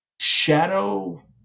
shadow